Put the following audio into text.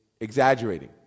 exaggerating